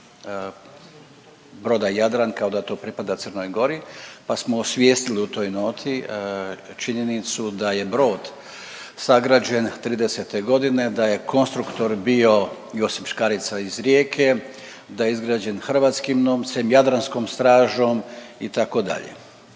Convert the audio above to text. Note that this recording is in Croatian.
broda Jadran kao da to pripada Crnoj Gori pa smo osvijestili u toj noti činjenicu da je brod sagrađen '30.-te godine, da je konstruktor bio Josip Škarica iz Rijeke, da je izgrađen hrvatskim novcem, Jadranskom stražom itd..